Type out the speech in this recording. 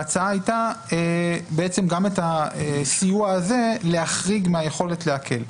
ההצעה הייתה להחריג את כספי הסיוע המדובר מרשימת הנכנסים שניתן לעקל,